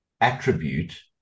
attribute